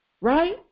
right